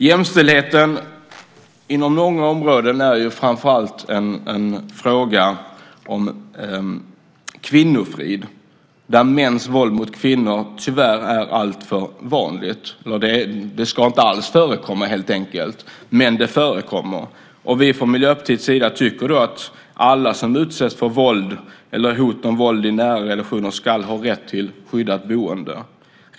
Jämställdheten är på många områden främst en fråga om kvinnofrid. Mäns våld mot kvinnor är tyvärr alltför vanligt. Det ska inte alls förekomma, helt enkelt, men det förekommer. Vi i Miljöpartiet tycker att alla som utsätts för våld eller hot om våld i en nära relation ska ha rätt till skyddat boende.